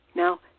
Now